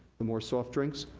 the more soft drinks,